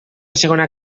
segona